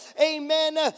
amen